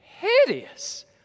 hideous